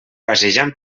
passejant